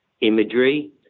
imagery